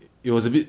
it was a bit